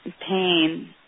pain